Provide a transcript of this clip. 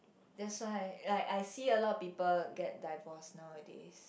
that's why like I see a lot of people get divorced nowadays